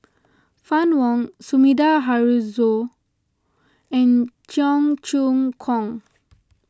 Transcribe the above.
Fann Wong Sumida Haruzo and Cheong Choong Kong